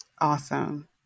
Awesome